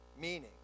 Meaning